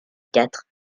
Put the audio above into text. quatre